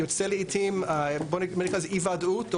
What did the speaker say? לעתים זה יוצר אי-ודאות,